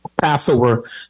Passover